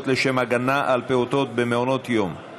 לשם הגנה על פעוטות במעונות יום לפעוטות,